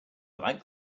like